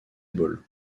ball